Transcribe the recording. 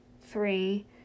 three